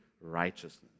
righteousness